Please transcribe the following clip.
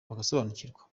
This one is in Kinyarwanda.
bagasobanukirwa